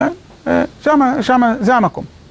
שמה שמה זה המקום.